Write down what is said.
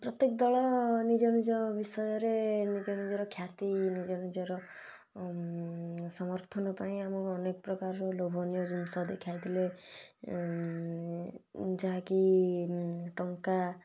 ପ୍ରତ୍ୟେକ ଦଳ ନିଜ ନିଜ ବିଷୟରେ ନିଜ ନିଜର ଖ୍ୟାତି ନିଜ ନିଜର ସମଥର୍ନ ପାଇଁ ଆମକୁ ଅନେକ ପ୍ରକାରର ଲୋଭାନୀୟ ଜିନିଷ ଦେଖାଇ ଥିଲେ ଯାହାକି ଟଙ୍କା